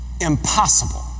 Impossible